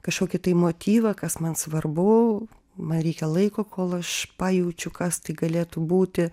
kažkokį tai motyvą kas man svarbu man reikia laiko kol aš pajaučiu kas tai galėtų būti